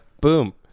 boom